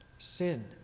Sin